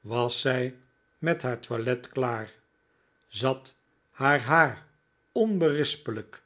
was zij met haar toilet klaar zat haar haar onberispelijk